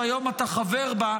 שהיום אתה חבר בה,